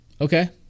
Okay